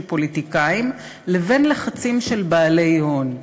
פוליטיקאים לבין לחצים של בעלי הון,